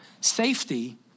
safety